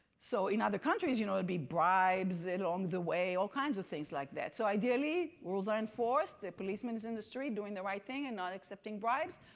so in other countries, you know it would be bribes along the way, all kinds of things like that. so ideally, rules are enforced, the policeman's in the street doing the right thing and not accepting bribes.